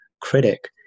critic